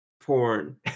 porn